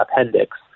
appendix